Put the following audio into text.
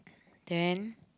then